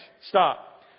stop